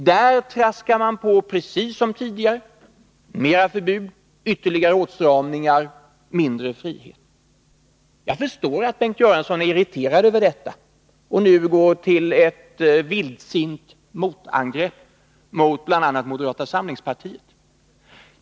Man traskar på precis som vanligt: mer förbud, ytterligare åstramningar, mindre frihet. Jag förstår att Bengt Göransson är irriterad över detta och nu går till ett vildsint angrepp mot bl.a. moderata samlingspartiet.